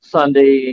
Sunday